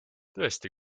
tõesti